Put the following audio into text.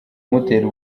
amutera